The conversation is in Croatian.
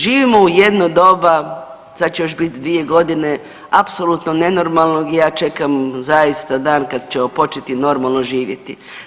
Živimo u jedno doba sad će još biti 2 godine apsolutno nenormalnog i ja čekam zaista dan kad ćemo početi normalno živjeti.